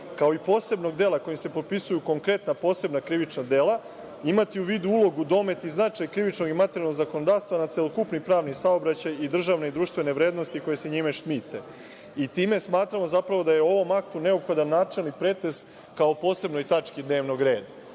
kao i posebnog dela kojim se popisuju konkretna posebna krivična dela, imati u vidu ulogu, domet i značaj krivičnog i materijalnog zakonodavstva na celokupni pravni saobraćaj i državne i društvene vrednosti koje se njime štite. Time smatramo zapravo da je ovom aktu neophodan načelni pretres kao posebnoj tački dnevnog reda. Imamo